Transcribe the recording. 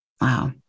Wow